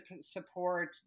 support